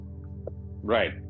Right